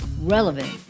relevant